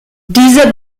diese